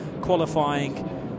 qualifying